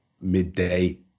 midday